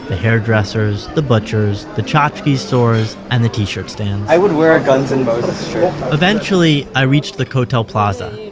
the hairdressers, the butchers, the chachkies stores and the t-shirt stands i would wear a guns n moses shirt eventually i reached the kotel plaza.